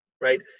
Right